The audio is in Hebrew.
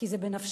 כי זה בנפשנו,